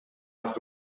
hast